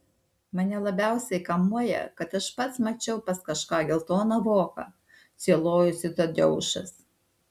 mane labiausiai kamuoja kad aš pats mačiau pas kažką geltoną voką sielojosi tadeušas